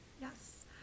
Yes